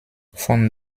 von